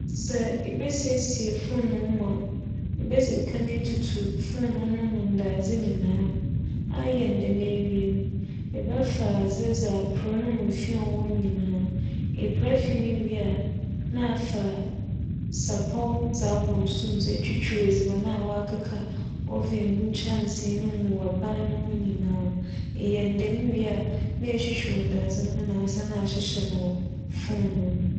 Sɛ ibesiesie foonoo mu a, ibedzi nkan etutu foonoo no mu ndaadze nyinaa. Ayɛ no dɛm ewie no, ebɛfa adze dze apra no mu fi a ͻwͻ mu no nyinaa. Epra fi no wie a, nna afa sapͻw dze abͻ nsu mu dze etwutwuw edziban a akeka oven nkyɛnse no mu wͻ eban no ho nyinaa. eyɛ no dɛm wie nna etwutwuw ndaadze no ho na asan ahyehyɛ no wͻ foonoo no mu.